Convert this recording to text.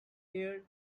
here